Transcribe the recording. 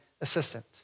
assistant